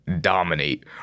dominate